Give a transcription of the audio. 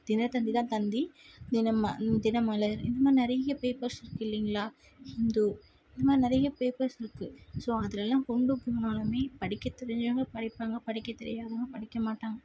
தினத்தந்திதான் தந்தி தினம தினமலர் இதுமாதிரி நிறைய பேப்பர்ஸ் இருக்குது இல்லைங்களா இந்து இந்தமாதிரி நிறைய பேப்பர்ஸ் இருக்குது ஸோ அதிலெல்லாம் கொண்டு போனாலுமே படிக்கத் தெரிஞ்சவங்க படிப்பாங்க படிக்கத் தெரியாதவங்க படிக்க மாட்டாங்க